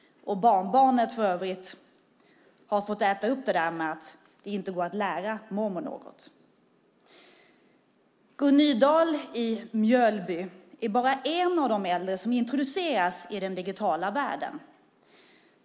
Barnbarnet har för övrigt fått äta upp det där med att det inte går att lära mormor något. Gun Nydahl i Mjölby är bara en av de äldre som introduceras i den digitala världen.